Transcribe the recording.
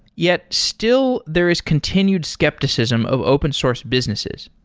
yet, still, there is continued skepticism of open source businesses.